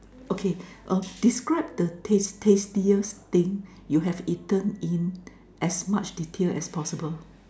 okay err describe the taste~ tastiest thing you have eaten in as much detail as possible